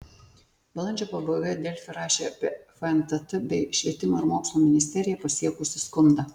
balandžio pabaigoje delfi rašė apie fntt bei švietimo ir mokslo ministeriją pasiekusį skundą